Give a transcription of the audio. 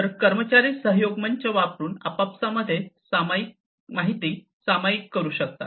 तर कर्मचारी सहयोग मंच वापरुन आपापसा मध्ये माहिती सामायिक करू शकतात